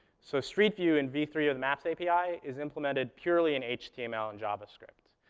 so street view in v three of the maps api is implemented purely in html and javascript,